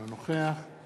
אינו נוכח